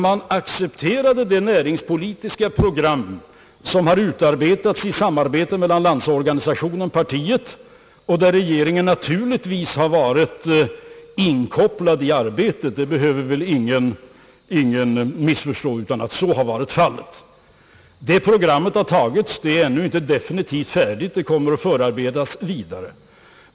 Man accepterade det näringspolitiska program som utformats i samarbete mellan Landsorganisationen och partiet — att också regeringen varit inkopplad i sammanhanget behöver det inte råda något tvivel om. Detta program har tagits — det är ännu inte definitivt utan kommer att bearbetas ytterligare.